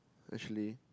actually